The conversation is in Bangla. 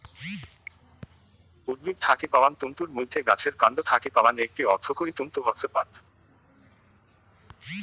উদ্ভিদ থাকি পাওয়াং তন্তুর মইধ্যে গাছের কান্ড থাকি পাওয়াং একটি অর্থকরী তন্তু হসে পাট